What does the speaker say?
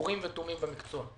אורים ותומים במקצוע.